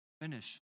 finish